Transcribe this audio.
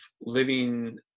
living